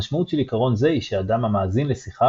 המשמעות של עיקרון זה היא שאדם המאזין לשיחה,